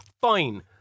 fine